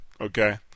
Okay